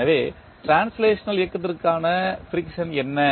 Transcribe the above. எனவே டிரான்ஸ்லேஷனல் இயக்கத்திற்கான ஃபிரிக்சன் என்ன